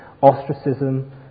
ostracism